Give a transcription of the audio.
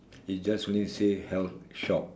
it just only say health shop